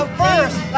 first